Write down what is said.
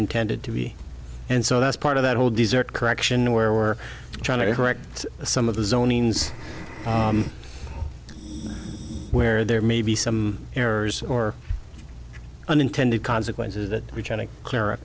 intended to be and so that's part of that whole desert correction where we're trying to correct some of the zone means where there may be some errors or unintended consequences that we try to clar